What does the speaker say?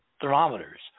thermometers